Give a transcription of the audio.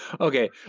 Okay